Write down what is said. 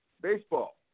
baseball